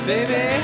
Baby